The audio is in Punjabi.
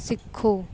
ਸਿੱਖੋ